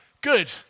good